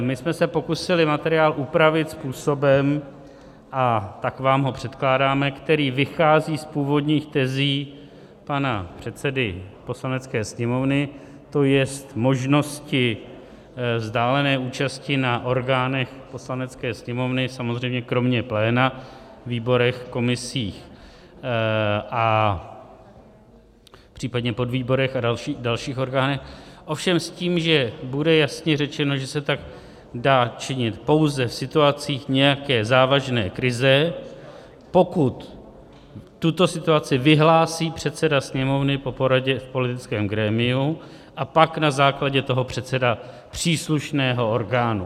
My jsme se pokusili materiál upravit způsobem a tak vám ho předkládáme který vychází z původních tezí pana předsedy Poslanecké sněmovny, to je možnosti vzdálené účasti na orgánech Poslanecké sněmovny, samozřejmě kromě pléna, výborech, komisích, případně podvýborech a dalších orgánech, ovšem s tím, že bude jasně řečeno, že se tak dá činit pouze v situacích nějaké závažné krize, pokud tuto situaci vyhlásí předseda Sněmovny po poradě v politickém grémiu a pak na základě toho předseda příslušného orgánu.